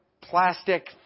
plastic